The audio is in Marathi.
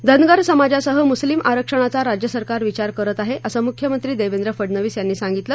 धनगर समाजासह मुस्लिम आरक्षणाचा राज्य सरकार विचार करत आहे असं मुख्यमंत्री देवेंद्र फडणवीस यांनी सांगितलं